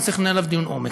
ונצטרך לנהל עליו דיון עומק.